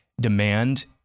Demand